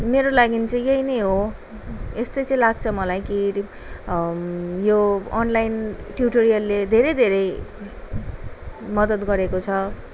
मेरो लागि चाहिँ यही नै हो यस्तै चाहिँ लाग्छ मलाई कि यो अनलाइन ट्युटोरियलले धेरै धेरै मदत गरेको छ